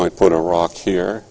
might put a rock here